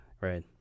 Right